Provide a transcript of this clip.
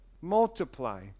multiply